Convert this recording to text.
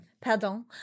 Pardon